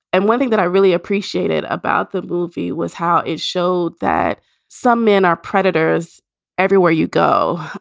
and one thing that i really appreciated about the movie was how it showed that some men are predators everywhere you go.